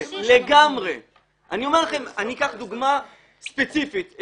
אני אקח דוגמה ספציפית.